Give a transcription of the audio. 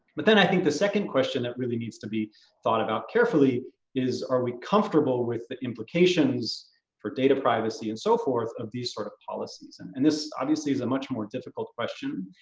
but then i think the second question that really needs to be thought about carefully is are we comfortable with the implications for data privacy and so forth of these sort of policies? and and this, obviously, is a much more difficult question,